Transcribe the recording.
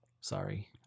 sorry